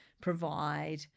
provide